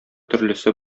төрлесе